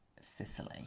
Sicily